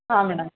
ಹಾಂ ಮೇಡಮ್